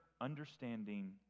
understanding